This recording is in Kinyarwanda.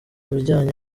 bijyanye